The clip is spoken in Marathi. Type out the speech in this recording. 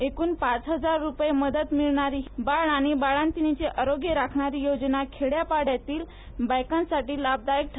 एकूणपाचा हजार रुपाये मदत मिळणार आणि बाळ आणि बाळातीणीचे आरोग्य राखणारी योजाणा खेड्यापाड्यातील बायकांसाठी लाभदायक आहे